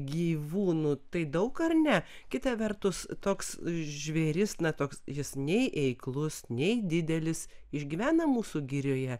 gyvūnų tai daug ar ne kita vertus toks žvėris na toks jis nei eiklus nei didelis išgyvena mūsų girioje